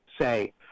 say